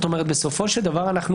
בסופו של דבר,